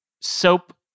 soap